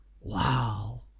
Wow